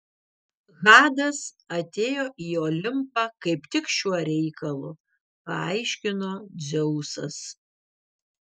hadas atėjo į olimpą kaip tik šiuo reikalu paaiškino dzeusas